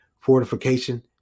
fortification